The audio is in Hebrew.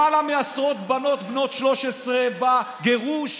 למעלה מעשרות בנות בנות 13, בגירוש,